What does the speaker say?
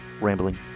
Rambling